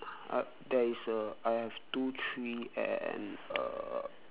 uh there is a I have two tree and a